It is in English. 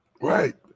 Right